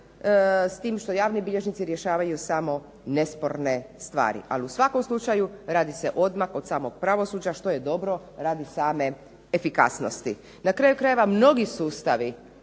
s tim što javni bilježnici rješavaju samo nesporne stvari. Ali u svakom slučaju radi se odmak od samog pravosuđa, što je dobro radi same efikasnosti. Na kraju krajeva mnogi sustavi